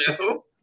No